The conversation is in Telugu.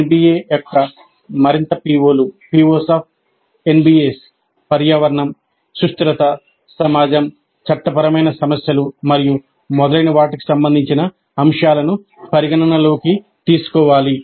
ఎన్బిఎ యొక్క మరింత పిఒలు పర్యావరణం సుస్థిరత సమాజం చట్టపరమైన సమస్యలు మరియు మొదలైన వాటికి సంబంధించిన అంశాలను పరిగణనలోకి తీసుకోవాలి